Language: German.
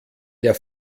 der